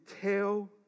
tell